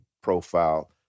profile